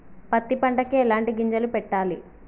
పత్తి పంటకి ఎలాంటి గింజలు పెట్టాలి?